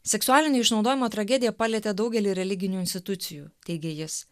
seksualinio išnaudojimo tragedija palietė daugelį religinių institucijų teigia jis